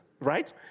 right